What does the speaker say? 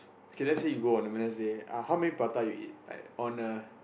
okay let's say you go on a Wednesday uh how many prata you eat like on a